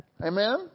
Amen